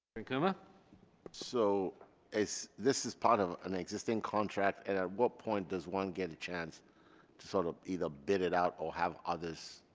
ankuma so is this is part of an existing contract at at what point does one get a chance to sort of either bid it out or have others